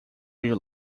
your